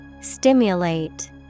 Stimulate